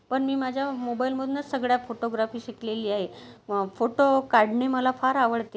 पण मी माझ्या मोबाईलमधनंच सगळ्या फोटोग्राफी शिकलेली आहे फोटो काढणे मला फार आवडते